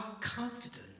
confident